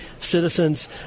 citizens